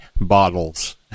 bottles